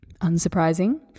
unsurprising